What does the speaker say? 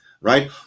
Right